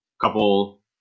couple